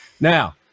Now